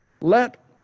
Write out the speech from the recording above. Let